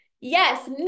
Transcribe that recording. Yes